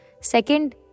Second